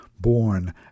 born